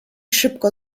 szybko